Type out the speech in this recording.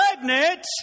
pregnant